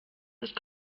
ist